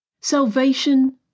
salvation